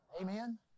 Amen